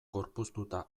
gorpuztuta